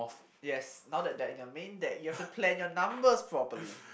yes now that they are in your main deck you have to plan your numbers properly